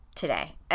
Today